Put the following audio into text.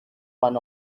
fun